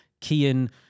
Kian